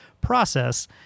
process